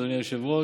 אדוני היושב-ראש,